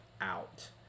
out